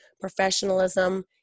professionalism